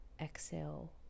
exhale